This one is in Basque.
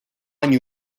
hain